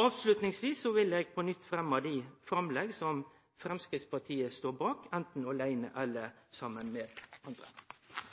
Avslutningsvis vil eg fremje dei framlegga som Framstegspartiet står bak, anten aleine eller saman med andre.